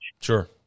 sure